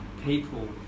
people